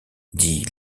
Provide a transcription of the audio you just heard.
dit